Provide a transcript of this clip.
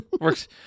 Works